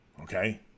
Okay